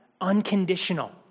Unconditional